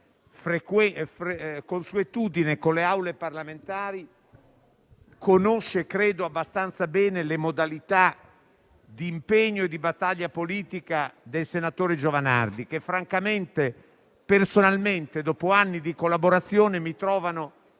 consuetudine con le aule parlamentari credo conosca abbastanza bene le modalità d'impegno e di battaglia politica del senatore Giovanardi, che personalmente, dopo anni di collaborazione, mi trovano